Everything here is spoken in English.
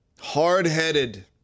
Hard-headed